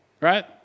right